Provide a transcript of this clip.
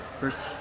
first